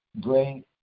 great